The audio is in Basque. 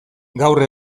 gaur